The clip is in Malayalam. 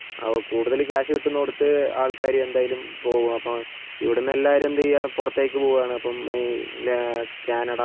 അപ്പോൾ കൂടുതൽ ക്യാഷ് കിട്ടുന്നോടുത്ത് ആൾക്കാർ എന്ത് ആയാലും പോവും അപ്പം ഇവിടന്ന് എല്ലാവരും എന്ത് ചെയ്യാ പുറത്തേക്ക് പോകുവാണ് അപ്പം ഈ കാനഡ